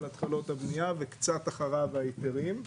של התחלות הבנייה וקצת אחריו ההיתרים.